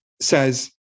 says